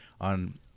on